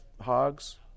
hogs